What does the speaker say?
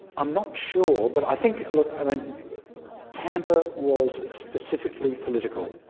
i'm not sure but i think, look i mean tampa was specifically political.